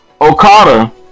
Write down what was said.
Okada